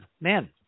men